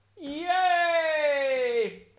Yay